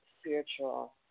spiritual